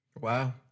wow